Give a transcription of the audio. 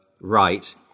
right